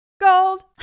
gold